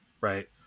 right